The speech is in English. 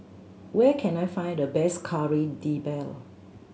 where can I find the best Kari Debal